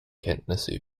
kenntnisse